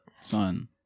Son